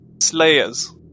slayers